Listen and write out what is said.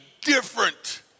different